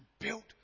built